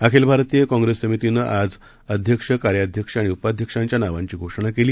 Akhil Bharatiya Congress समितीनं आज अध्यक्ष कार्यध्यक्ष आणि उपाध्यक्षांच्या नावांची घोषणा केली